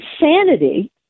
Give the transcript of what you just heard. insanity